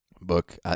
book